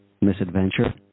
misadventure